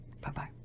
Bye-bye